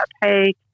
Hey